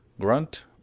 grunt